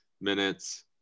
minutes